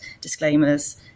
disclaimers